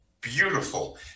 beautiful